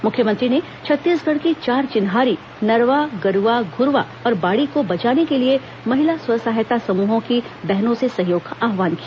मुख्यमंत्री ने छत्तीसगढ़ की चार चिन्हारी नरवा गरुवा घुरवा और बाड़ी को बचाने के लिए महिला स्वसहायता समूहों की बहनों से सहयोग का आव्हान किया